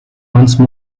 once